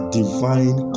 divine